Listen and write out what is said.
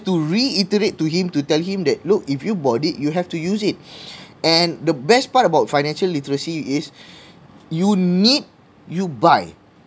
to reiterate to him to tell him that look if you bought it you have to use it and the best part about financial literacy is you need you buy